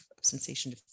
sensation